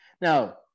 Now